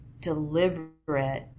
deliberate